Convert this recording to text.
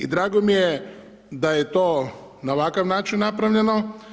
I drago mi je da je to na ovakav način napravljeno.